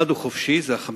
אחד הוא חופשי, זה החמצן,